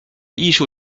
艺术